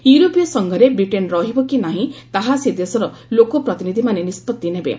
ୟୁରୋପୀୟ ସଂଘରେ ବ୍ରିଟେନ୍ ରହିବ କି ନାହିଁ ତାହା ସେ ଦେଶର ଲୋକପ୍ରତିନିଧିମାନେ ନିଷ୍ପଭି ନେବେ